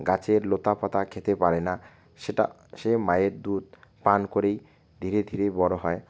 গাছের লতা পাতা খেতে পারে না সেটা সে মায়ের দুধ পান করেই ধীরে ধীরে বড়ো হয়